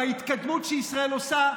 בהתקדמות שישראל עושה,